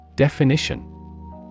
Definition